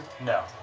No